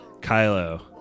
Kylo